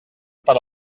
per